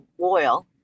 oil